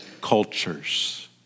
cultures